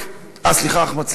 אה, סליחה, אחמד.